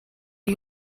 are